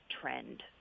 trend